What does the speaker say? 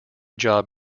job